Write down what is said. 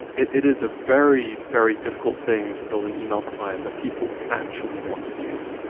it it is a very, very difficult thing to build an email client that people actually want to use.